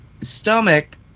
stomach